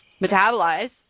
metabolize